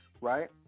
right